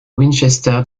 winchester